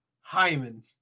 Hyman